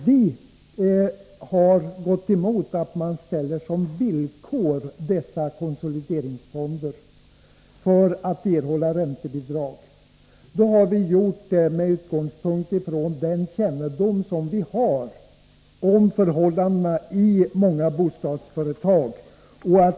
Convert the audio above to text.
Vi har gått emot att man ställer dessa konsolideringsfonder som villkor för att erhålla räntebidrag med utgångspunkt i den kännedom som vi har om förhållandena i många bostadsföretag.